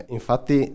Infatti